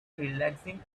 relaxing